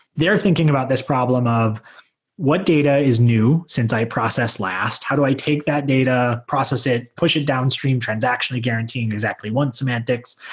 they're thinking about this problem of what data is new since i process last. how do i take that data, process it, push it downstream, transactionally guaranteeing exactly one semantics.